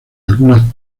algunas